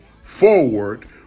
forward